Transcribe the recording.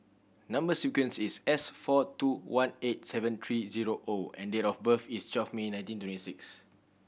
number sequence is S four two one eight seven three zero O and date of birth is twelve May nineteen twenty six